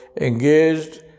engaged